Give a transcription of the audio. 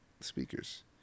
speakers